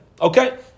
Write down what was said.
Okay